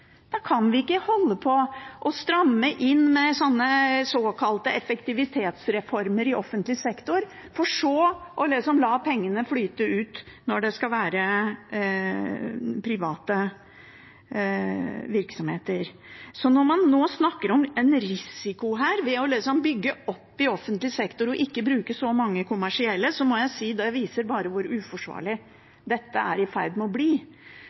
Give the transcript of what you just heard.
Da kan vi ikke holde på og stramme inn i offentlig sektor med såkalte effektivitetsreformer, for så å la pengene flyte ut når det er til private virksomheter. Når man nå snakker om risiko ved å bygge opp i offentlig sektor og ikke bruke så mange kommersielle, må jeg si at det viser hvor uforsvarlig dette er i ferd med å bli